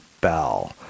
Bell